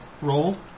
roll